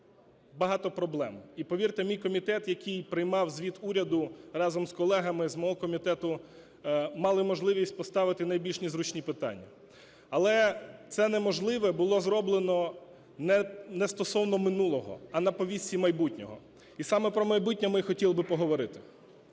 багато проблем. І, повірте, мій комітет, який приймав звіт уряду разом з колегами з мого комітету, мали можливість поставити найбільш незручні питання. Але це неможливе було зроблено не стосовно минулого, а на повістці майбутнього. І саме про майбутнє ми і хотіли би поговорити.